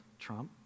Trump